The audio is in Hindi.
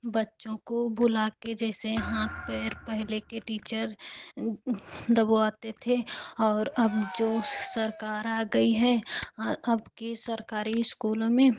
बच्चों को बुला के जैसे हाथ पैर पहले के टीचर दबवाते थे और अब जो सरकार आ गई है अब के सरकारी स्कूलों में